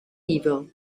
evil